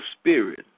spirit